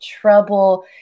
trouble